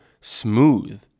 smooth